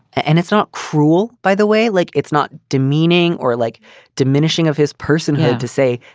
and it's not cruel, by the way, like it's not demeaning or like diminishing of his personhood to say.